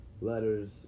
letters